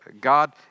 God